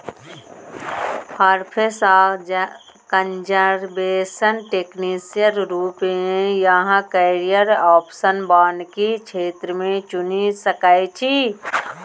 forest आ conservation technician रुप मे अहाँ कैरियर आप्शन बानिकी क्षेत्र मे चुनि सकै छी